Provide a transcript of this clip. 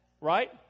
right